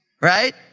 Right